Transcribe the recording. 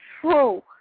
true